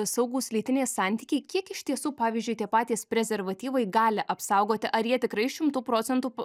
saugūs lytiniai santykiai kiek iš tiesų pavyzdžiui tie patys prezervatyvai gali apsaugoti ar jie tikrai šimtu procentų